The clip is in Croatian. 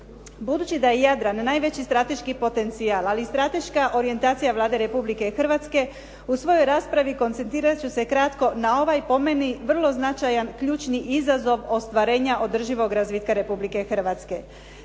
Budući da je Jadran najveći strateški potencijal ali i strateška orijentacija Vlade Republike Hrvatske u svojoj raspravi koncentrirat ću se kratko na ovaj po meni vrlo značajan ključni izazov ostvarenja održivog razvitka Republike Hrvatske.